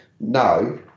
no